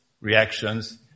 reactions